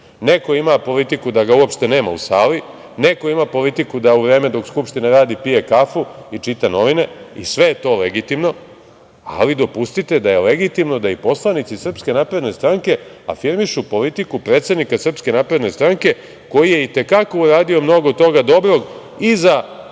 neko ima politiku da ga uopšte nema u sali, neko ima politiku da u vreme dok Skupština radi pije kafu i čita novine i sve je to legitimno, ali dopustite da je legitimno da i poslanici iz Srpske napredne stranke afirmišu politiku predsednika Srpske napredne stranke, koji je i te kako uradio mnogo toga dobrog i za